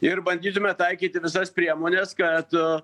ir bandytume taikyti visas priemones kad